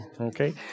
okay